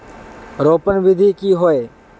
रोपण विधि की होय?